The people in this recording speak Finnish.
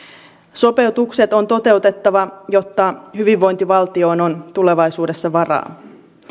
sopeutukset on toteutettava jotta hyvinvointivaltioon on tulevaisuudessa varaa